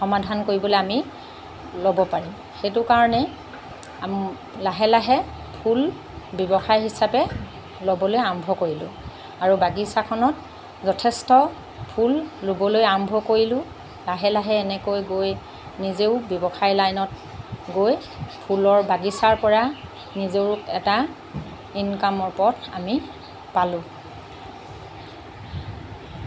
সমাধান কৰিবলৈ আমি ল'ব পাৰিম সেইটোৰ কাৰণে লাহে লাহে ফুল ব্যৱসায় হিচাপে ল'বলৈ আৰম্ভ কৰিলোঁ আৰু বাগিচাখনত যথেষ্ট ফুল ৰুবলৈ আৰম্ভ কৰিলোঁ লাহে লাহে এনেকৈ গৈ নিজেও ব্যৱসায় লাইনত গৈ ফুলৰ বাগিচাৰ পৰা নিজৰো এটা ইনকামৰ পথ আমি পালোঁ